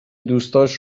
دوستاش